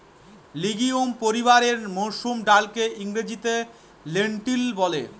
legume পরিবারের মসুর ডালকে ইংরেজিতে লেন্টিল বলে